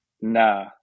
Nah